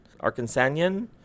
Arkansanian